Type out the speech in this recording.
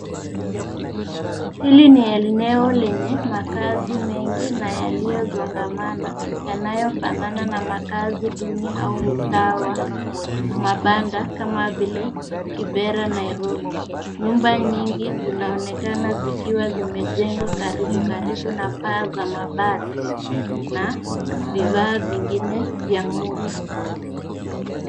Hili ni eneo lenye makaazi mengi na yaliyosongamana yanayofanana na makaazi duni au mtaa wa mabanda kama vile kibera, Nairobi. Nyumba nyingi zinaonekana zikiwa zimejengwa karibu karibu na paa za mabati na vifaa vingine vya muda.